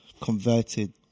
converted